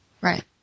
Right